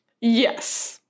Yes